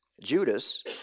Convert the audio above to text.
Judas